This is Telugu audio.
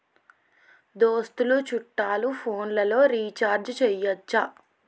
దోస్తులు చుట్టాలు ఫోన్లలో రీఛార్జి చేయచ్చా?